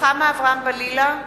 רוחמה אברהם-בלילא,